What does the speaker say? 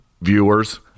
Viewers